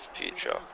Future